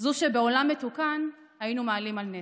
זו שבעולם מתוקן היינו מעלים על נס?